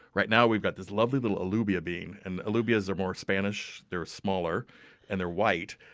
right now, we've got this lovely little alubia bean, and alubias are more spanish, they're smaller and they're white.